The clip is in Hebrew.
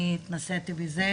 אני התנסיתי בזה,